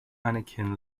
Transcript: anakin